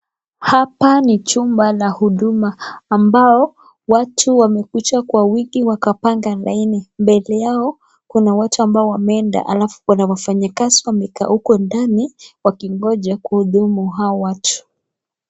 Hapa ni chumba la huduma ambao watu wamekuja kwa wingi wakapanga laini. Mbele yao kuna watu ambao wameenda halafu kuna wafanyikazi wamekaa huko ndani wakingoja kuhudumu hao watu.